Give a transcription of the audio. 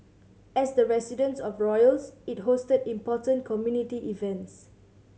as the residence of royals it hosted important community events